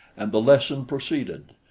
and the lesson proceeded,